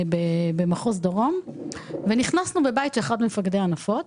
כשהגענו לבית של אחד ממפקדי הנפות,